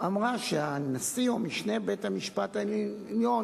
אמרה שהנשיא או משנה לנשיא בית-המשפט העליון